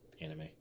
anime